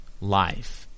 life